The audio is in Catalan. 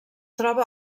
troba